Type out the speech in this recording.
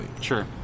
Sure